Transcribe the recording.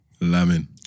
Lamin